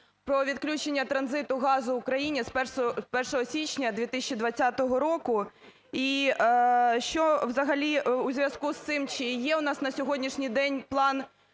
про відключення транзиту газу Україні з 1 січня 2020 року. І що взагалі у зв'язку з цим, чи є у нас на сьогоднішній день план